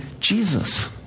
Jesus